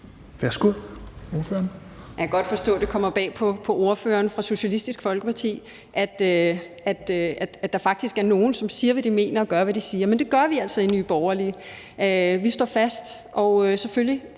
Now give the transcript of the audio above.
Thiesen (NB): Jeg kan godt forstå, det kommer bag på ordføreren for Socialistisk Folkeparti, at der faktisk er nogle, der siger, hvad de mener, og gør, hvad de siger, men det gør vi altså i Nye Borgerlige. Vi står selvfølgelig